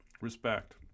respect